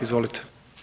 Izvolite.